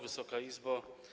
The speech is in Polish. Wysoka Izbo!